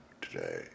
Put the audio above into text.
today